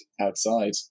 outside